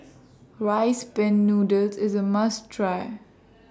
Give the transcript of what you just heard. Rice Pin Noodles IS A must Try